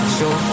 Show